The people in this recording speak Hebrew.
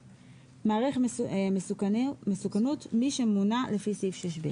"מעריך מסוכנות" מי שמונה לפי סעיף 6ב,